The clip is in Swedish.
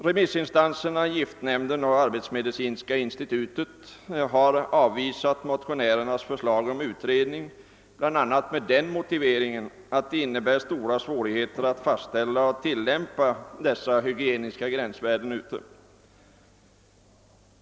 Remissinstanserna, giftnämnden och arbetsmedicinska institutet, har avvisat motionärernas förslag om utredning bl.a. med den motiveringen att det innebär stora svårigheter att fastställa och tillämpa dessa hygieniska gränsvärden.